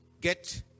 get